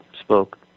spoke